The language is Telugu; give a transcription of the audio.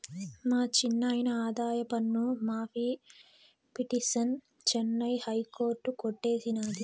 మా చిన్నాయిన ఆదాయపన్ను మాఫీ పిటిసన్ చెన్నై హైకోర్టు కొట్టేసినాది